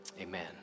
amen